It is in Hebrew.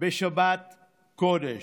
בשבת קודש,